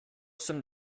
some